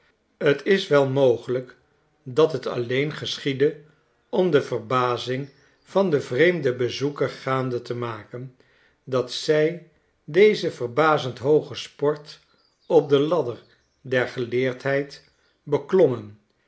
t is wel mogelijk dat het alleen geschiedde om de verbazing van den vreemden bezoeker gaande te maken dat zij deze verbazend hooge sport op de ladder der g eleerdheid beklommen